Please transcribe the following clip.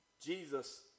Jesus